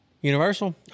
Universal